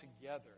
together